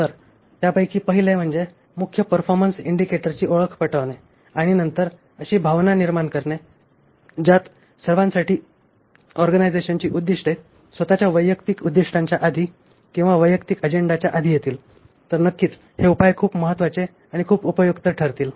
तर त्यापैकी पहिले म्हणजे मुख्य परफॉर्मन्स इंडिकेटरची ओळख पटविणे आणि नंतर अशी भावना निर्माण करणे ज्यात सर्वांसाठी ऑर्गनायझेशनची उद्दिष्टे स्वतःच्या वैयक्तिक उद्दिष्टांच्या आधी किंवा वैयक्तिक अजेंडाच्या आधी येतील तर नक्कीच हे उपाय हे खूप महत्वाचे आणि खूप उपयुक्त ठरतील